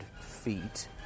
feet